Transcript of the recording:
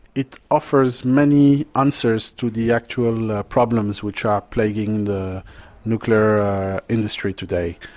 it offers many answers to the actual problems which are plaguing the nuclear industry today.